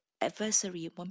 adversary